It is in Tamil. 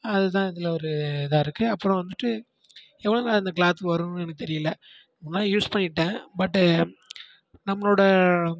அதுதான் இதில் ஒரு இதாக இருக்குது அப்புறம் வந்துட்டு எவ்வளோ நாள் இந்த கிளாத் வரும்னு எனக்கு தெரியல ஆனால் யூஸ் பண்ணிட்டேன் பட்டு நம்மளோடு